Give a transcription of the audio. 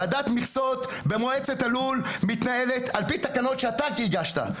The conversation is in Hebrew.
ועדת מכסות במועצת הלול מתנהלת על פי תקנות שאתה הגשת.